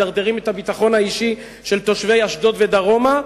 מדרדרים את הביטחון האישי של תושבי אשדוד ודרומה,